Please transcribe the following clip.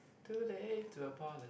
too late to apolo~